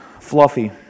Fluffy